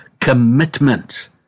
commitment